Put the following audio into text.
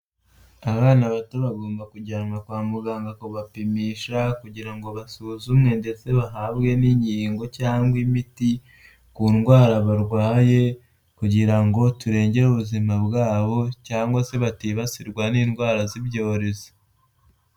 Abana bato bagomba kujyanwa kwa muganga kubapimisha kugira ngo basuzumwe ndetse bahabwe n'inkingo cyangwa imiti ku ndwara barwaye, kugira ngo turengere ubuzima bwabo cyangwa se batibasirwa n'indwara z'ibyorezo.